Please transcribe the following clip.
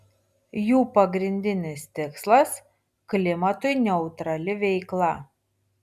jų pagrindinis tikslas klimatui neutrali veikla